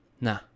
Nah